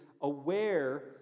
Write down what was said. aware